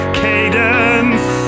cadence